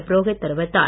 புரோஹித் தெரிவித்தார்